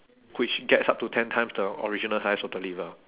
which gets up to ten times the original size of the liver